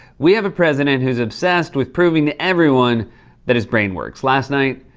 we have a president who's obsessed with proving to everyone that his brain works. last night,